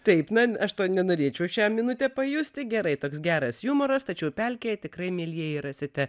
taip na n aš to nenorėčiau šią minutę pajusti gerai toks geras jumoras tačiau pelkėj tikrai mielieji rasite